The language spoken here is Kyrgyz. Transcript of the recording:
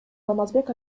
алмазбек